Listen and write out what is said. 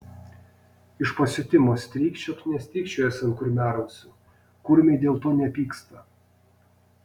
iš pasiutimo strykčiok nestrykčiojęs ant kurmiarausių kurmiai dėl to nepyksta